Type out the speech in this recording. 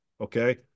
Okay